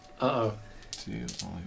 Uh-oh